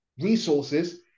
resources